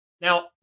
Now